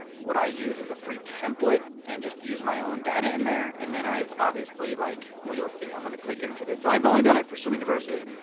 what i use as a free template, and just use my own data in there. and then i've obviously like, well you'll see, i'm gonna click into this. so i've only do it for swim university.